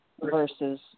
versus